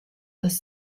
dass